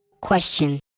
Question